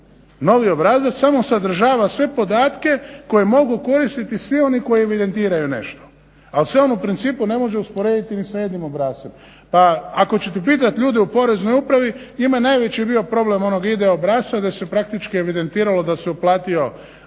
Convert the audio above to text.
Novi obrazac samo sadržava sve podatke koje mogu koristiti svi oni koji evidentiraju nešto, al se on u principu ne može usporediti ni sa jednim obrascem. Pa ako ćete pitat ljude u Poreznoj upravi njima je najveći bio problem onog ID obrasca da se praktički evidentiralo da se uplatio